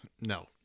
no